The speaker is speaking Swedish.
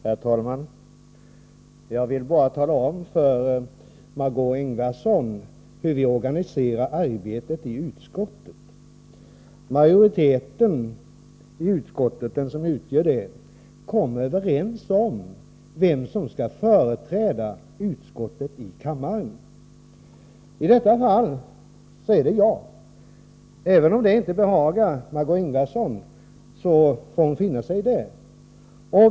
Herr talman! Jag vill bara tala om för Margé Ingvardsson hur vi organiserar arbetet i utskottet. Den majoritet som bildas i utskottet kommer överens om vem som skall företräda utskottet i kammaren. I detta fall är det jag. Även om det inte behagar Margé Ingvardsson får hon finna sig i det.